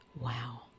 wow